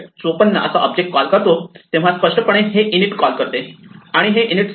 54 असा object call करतो तेव्हा स्पष्टपणे हे इन इट कॉल करते आणि हे इन इट सेल्फ